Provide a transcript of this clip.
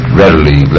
readily